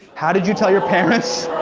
how did you tell your parents?